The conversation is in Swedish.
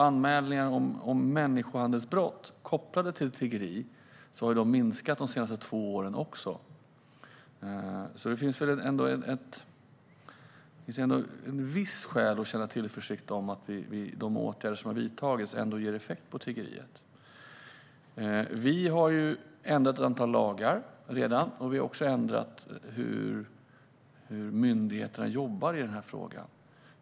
Anmälningarna om människohandelsbrott kopplade till tiggeri har också minskat de två senaste åren. Därför finns visst skäl att känna tillförsikt om att de åtgärder som har vidtagits ändå ger effekt på tiggeriet. Vi har redan ändrat ett antal lagar. Vi har också ändrat myndigheternas sätt att jobba med detta.